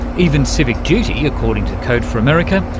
even civic duty, according to code for america,